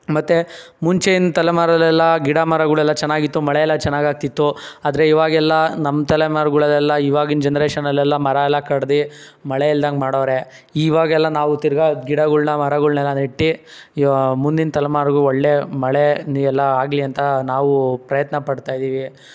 ಮತ್ತು ಮುಂಚೆನ ತಲೆಮಾರಲ್ಲೆಲ್ಲ ಗಿಡ ಮರಗಳೆಲ್ಲ ಚೆನ್ನಾಗಿತ್ತು ಮಳೆ ಎಲ್ಲ ಚೆನ್ನಾಗಿ ಆಗ್ತಿತ್ತು ಆದರೆ ಇವಾಗ ಎಲ್ಲ ನಮ್ಮ ತಲೆಮಾರ್ಗಳಲೆಲ್ಲ ಇವಾಗಿನ ಜನ್ರೇಷನಲ್ಲೆಲ್ಲ ಮರ ಎಲ್ಲ ಕಡ್ದು ಮಳೆ ಇಲ್ದಂಗೆ ಮಾಡವ್ರೆ ಇವಾಗೆಲ್ಲ ನಾವು ತಿರ್ಗಿ ಗಿಡಗಳ್ನ ಮರಗಳ್ನೆಲ್ಲ ನೆಟ್ಟು ಇವಾಗ ಮುಂದಿನ ತಲೆಮಾರಿಗೂ ಒಳ್ಳೆಯ ಮಳೆ ನೀರು ಎಲ್ಲ ಆಗಲಿ ಅಂತ ನಾವೂ ಪ್ರಯತ್ನ ಪಡ್ತಾ ಇದ್ದೀವಿ